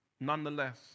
Nonetheless